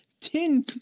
Ten